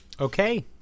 Okay